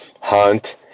hunt